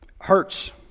hurts